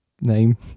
name